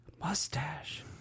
Mustache